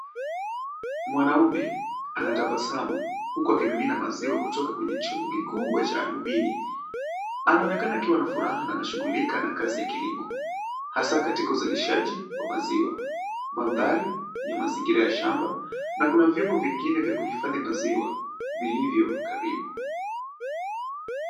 Mwanaume anatabasamu huku akimimina maziwa kutoka kwenye chombo kikubwa cha alumini. Anaonekana akiwa na furaha na anashughuka na kazi ya kilimo hasa katika uzalishaji wa maziwa. Mandhari ni mazingira ya shamba na kuna vyombo vingine vya kuhifadhi maziwa vilivyo karibu.